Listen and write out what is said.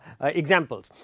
examples